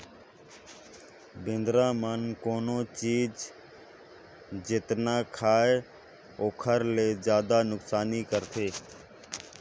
बेंदरा मन कोनो चीज जेतना खायें ओखर ले जादा नुकसानी करथे